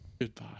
Goodbye